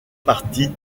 partie